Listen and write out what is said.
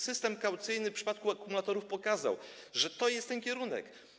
System kaucyjny w przypadku akumulatorów pokazał, że to jest ten kierunek.